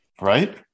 right